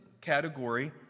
category